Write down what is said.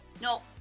No